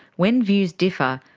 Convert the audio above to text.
when views differ,